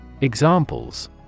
Examples